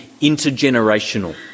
intergenerational